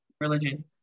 religion